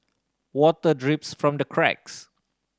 water drips from the cracks